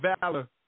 Valor